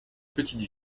petite